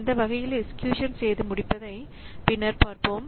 இந்த வகையில் எக்சீக்யூசன் செய்து முடிப்பதை பின்னர் பார்ப்போம்